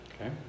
okay